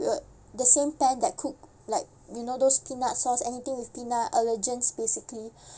the same pan that cook like you know those peanut sauce anything with peanut allergens basically